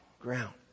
ground